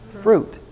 Fruit